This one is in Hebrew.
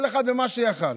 כל אחד במה שהיה יכול.